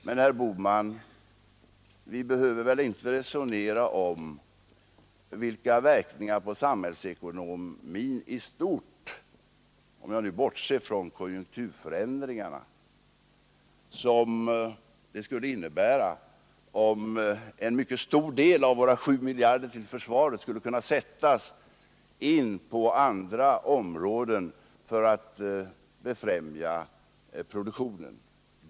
Men, herr Bohman, vi behöver väl inte resonera om vilka verkningar på samhällsekonomin i stort, om jag nu bortser från konjunkturförändringarna, som det skulle innebära, ifall en mycket stor del av våra 7 miljarder till försvaret skulle kunna sättas in på andra områden för att befrämja produktionen.